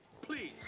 please